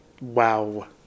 Wow